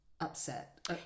upset